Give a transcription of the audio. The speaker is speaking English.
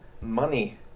money